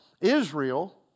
Israel